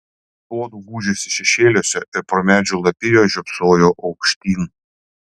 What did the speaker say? tuodu gūžėsi šešėliuose ir pro medžių lapiją žiopsojo aukštyn